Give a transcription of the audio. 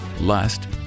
lust